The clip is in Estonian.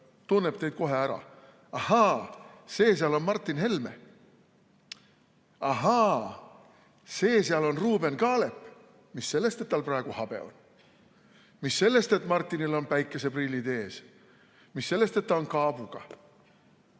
tunneb teid kohe ära: ahaa, see seal on Martin Helme, ahaa, see seal on Ruuben Kaalep, mis sellest, et tal praegu habe on, mis sellest, et Martinil on päikseprillid ees, mis sellest, et ta on kaabuga